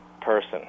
person